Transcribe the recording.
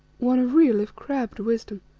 one of real if crabbed wisdom